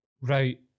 right